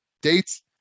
dates